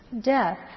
Death